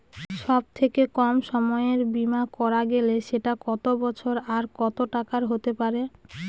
সব থেকে কম সময়ের বীমা করা গেলে সেটা কত বছর আর কত টাকার হতে পারে?